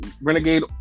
Renegade